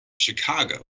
Chicago